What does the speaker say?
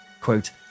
Quote